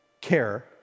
care